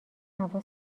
هوا